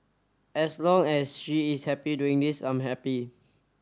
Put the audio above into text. as long as she is happy doing this I'm happy